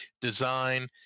design